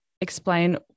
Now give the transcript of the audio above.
explain